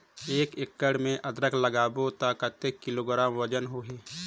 एक एकड़ मे अदरक लगाबो त कतेक किलोग्राम वजन होही?